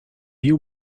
you